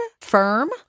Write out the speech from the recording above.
firm